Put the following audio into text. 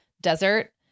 desert